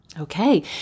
Okay